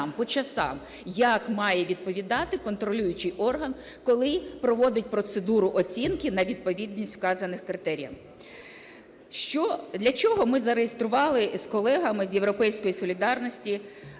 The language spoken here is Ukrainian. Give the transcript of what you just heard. як має відповідати контролюючий орган, коли проводить процедуру оцінки на відповідність вказаним критеріям. Що... для чого ми зареєстрували з колегами із "Європейської солідарності"